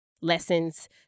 lessons